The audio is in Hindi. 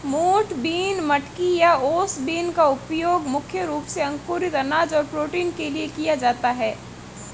मोठ बीन, मटकी या ओस बीन का उपयोग मुख्य रूप से अंकुरित अनाज और प्रोटीन के लिए किया जाता है